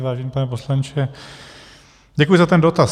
Vážený pane poslanče, děkuji za ten dotaz.